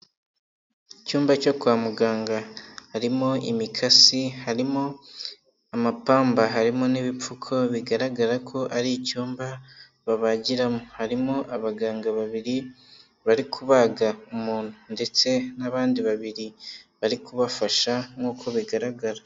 Icyumba cyo kwa muganga harimo imikasi, harimo amapamba, harimo n'ibipfuko bigaragara ko ari icyumba babagiramo. Harimo abaganga babiri bari kubaga umuntu ndetse n'abandi babiri bari kubafasha nk'uko bigaragara.